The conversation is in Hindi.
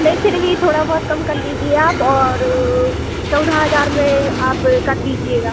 नहीं फिर भी थोड़ा बहुत कम कर लीजिए आप और चौदह हज़ार में आप कर दीजिएगा